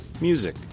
music